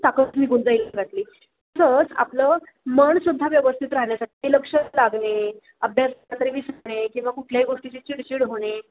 ताकद निघून जाईल शरीरातली प्लस आपलं मनसुद्धा व्यवस्थित राहण्यासाठी लक्ष न लागणे अभ्यास केला तरी विसरणे किंवा कुठल्याही गोष्टीची चिडचिड होणे